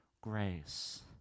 grace